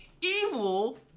Evil